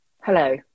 Hello